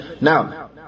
Now